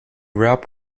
rap